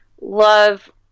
Love